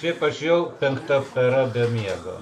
taip aš jau penkta para be miego